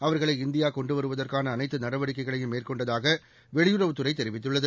அவர்களை இந்தியாகொண்டுவருவதற்கானஅனைத்துநடவடிக்கைகளையும் மேற்கொண்ட தாகவெளியுறவுத் துறைதெரிவித்துள்ளது